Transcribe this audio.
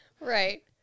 Right